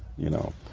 you know,